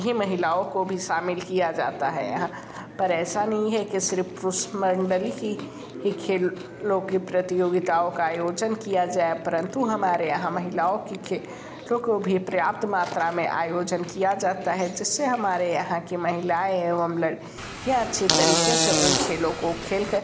महिलाओं को भी शामिल किया जाता है अहा पर ऐसा नहीं है कि सिर्फ पुरुष मंडली की खेलों की प्रतियोगिताओ का आयोजन किया जाए परन्तु हमारे यहाँ महिलाओं की खेलों को भी पर्याप्त मात्रा में आयोजन किया जाता है जिससे हमारे यहाँ की महिलायें एवं लड़कियाँ अच्छे तरीकों से उन खेलों को खेल कर